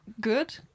good